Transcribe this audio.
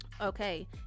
Okay